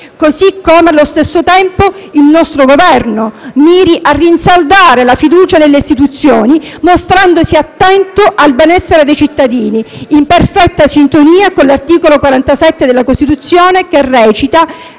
così come, allo stesso tempo, che il nostro Governo miri a rinsaldare la fiducia nelle istituzioni, mostrandosi attento al benessere dei cittadini, in perfetta sintonia con l'articolo 47 della Costituzione, che recita: